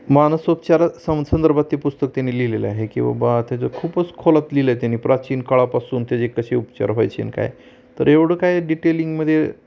मानसोपचार सं संदर्भात पुस्तक त्यांनी लिहिलेलं आहे की बबा त्याजं खूपच खोलात लिहिलं आहे त्यांनी प्राचीन काळापासून त्याचे कसे उपचार व्हायचे न काय तर एवढं काय डिटेलिंगमध्ये